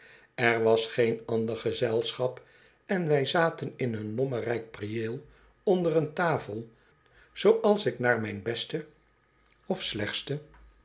er was geen ander gezelschap en wij zaten in een lommerrijk prieel onder een tafel zooals ik naar mijn beste of slechtste